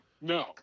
no